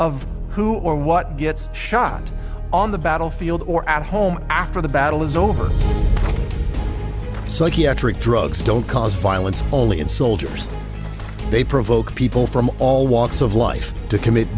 of who or what gets shot on the battlefield or at home after the battle is over psychiatric drugs don't cause violence only in soldiers they provoke people from all walks of life to commit